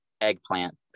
eggplant